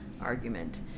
argument